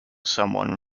someone